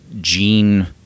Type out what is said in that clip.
gene